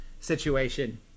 situation